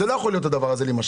זה לא יכול ככה להימשך.